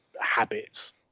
habits